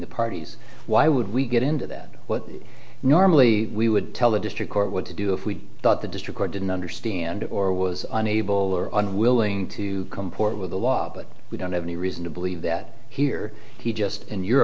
the parties why would we get into that what normally we would tell the district court what to do if we thought the district or didn't understand or was unable or unwilling to comport with the law but we don't have any reason to believe that here he just in your